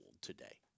today